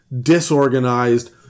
disorganized